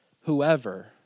whoever